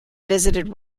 visited